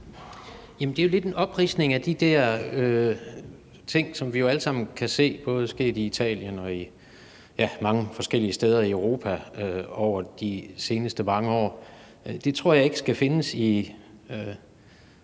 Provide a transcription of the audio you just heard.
Det er jo lidt en opridsning af de ting, som vi alle sammen kan se er sket både i Italien og mange forskellige steder i Europa over de seneste mange år, og svaret og analysen tror jeg ikke skal findes i sådan en